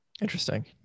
Interesting